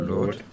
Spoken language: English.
Lord